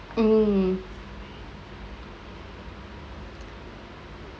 mm